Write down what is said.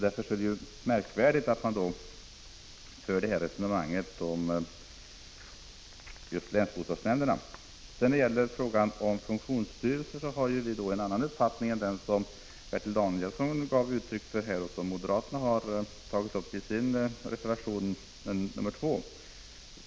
Därför är det märkvärdigt att man för det resonemanget om just länsbostadsnämnderna. I frågan om funktionsstyrelser har vi en annan uppfattning än den som Bertil Danielsson gav uttyck för och som moderaterna har tagit upp i reservation 2.